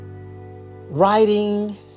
Writing